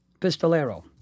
Pistolero